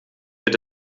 wird